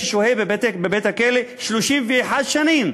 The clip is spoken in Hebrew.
ששוהה בבית-הכלא 31 שנים,